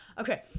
Okay